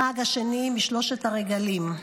החג השני משלושת הרגלים.